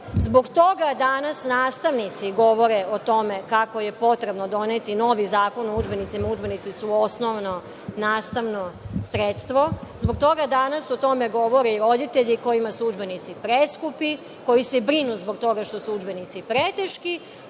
toga danas nastavnici govore o tome kako je potrebno doneti novi zakon o udžbenicima. Udžbenici su osnovno nastavno sredstvo. Zbog toga danas o tome govore i roditelji kojima su udžbenici preskupi, koji se brinu zbog toga što su udžbenici preteški.